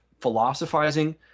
philosophizing